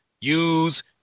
use